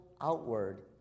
outward